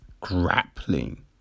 grappling